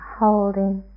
holding